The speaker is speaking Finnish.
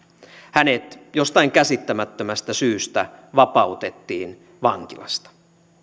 hänet jostain käsittämättömästä syystä vapautettiin vankilasta